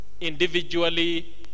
individually